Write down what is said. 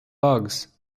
bugs